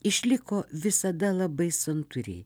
išliko visada labai santūri